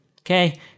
Okay